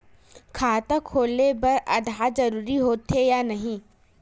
खाता खोले बार आधार जरूरी हो थे या नहीं?